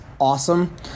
awesome